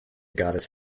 goddess